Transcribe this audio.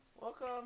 Welcome